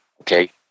okay